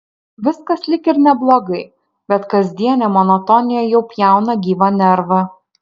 viskas lyg ir neblogai bet kasdienė monotonija jau pjauna gyvą nervą